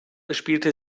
spielte